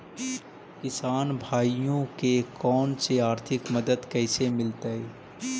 किसान भाइयोके कोन से आर्थिक मदत कैसे मीलतय?